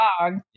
dog